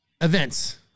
events